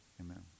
amen